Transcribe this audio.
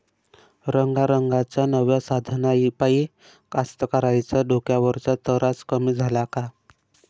रंगारंगाच्या नव्या साधनाइपाई कास्तकाराइच्या डोक्यावरचा तरास कमी झाला का?